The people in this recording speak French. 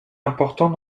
important